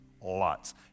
Lots